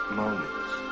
moments